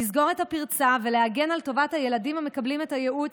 לסגור את הפרצה ולהגן על טובת הילדים המקבלים את הייעוץ,